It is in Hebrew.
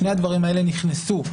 שני הדברים האלה נכנסו,